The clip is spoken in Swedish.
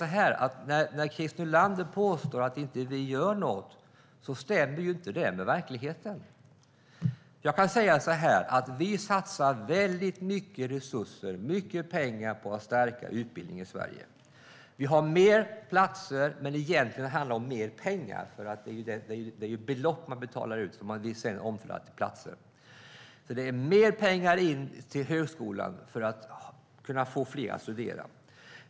När Christer Nylander påstår att inte vi gör någonting stämmer det inte med verkligheten. Vi satsar väldigt mycket resurser, mycket pengar, på att stärka utbildningen i Sverige. Vi har fler platser, men egentligen handlar det om mer pengar, för det är ju belopp man betalar ut som vi sedan omfördelar till platser. Det blir alltså mer pengar in till högskolan för att kunna få fler att studera.